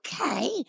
Okay